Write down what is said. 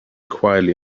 quietly